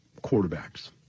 quarterbacks